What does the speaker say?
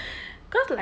cause like